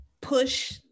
push